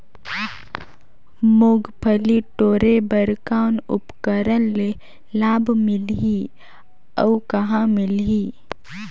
मुंगफली टोरे बर कौन उपकरण ले लाभ मिलही अउ कहाँ मिलही?